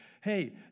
hey